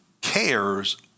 cares